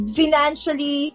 financially